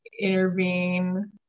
intervene